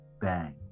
Bang